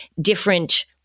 different